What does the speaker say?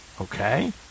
Okay